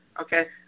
okay